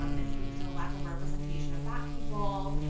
um it speaks to the lack of representation of fat people.